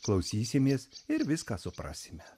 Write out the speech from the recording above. klausysimės ir viską suprasime